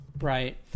Right